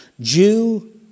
Jew